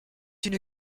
une